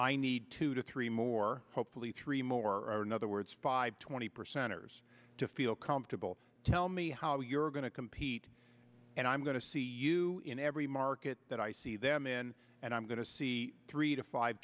i need two to three more hopefully three more in other words five twenty percent ers to feel comfortable tell me how you're going to compete and i'm going to see you in every market that i see them in and i'm going to see three to five